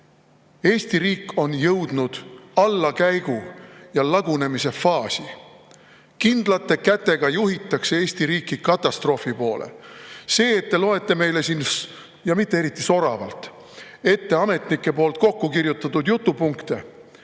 Eesti riik on jõudnud allakäigu ja lagunemise faasi. Kindlate kätega juhitakse Eesti riiki katastroofi poole. See, et te loete meile siin – ja mitte eriti soravalt – ette ametnike poolt kokku kirjutatud jutupunkte,